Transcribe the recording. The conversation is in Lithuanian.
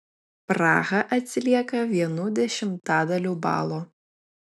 praha atsilieka vienu dešimtadaliu balo